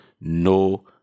no